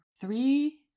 three